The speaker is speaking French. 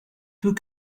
peux